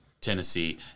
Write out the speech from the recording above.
Tennessee